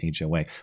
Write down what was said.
HOA